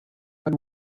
but